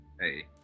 Hey